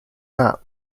that